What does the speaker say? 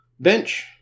Bench